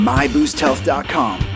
MyBoostHealth.com